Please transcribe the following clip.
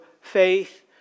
faith